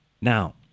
Now